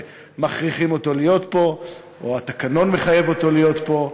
שמכריחים אותו להיות פה או התקנון מחייב אותו להיות פה.